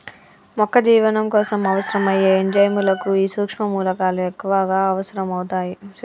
మొక్క జీవనం కోసం అవసరం అయ్యే ఎంజైముల కు ఈ సుక్ష్మ మూలకాలు ఎక్కువగా అవసరం అవుతాయి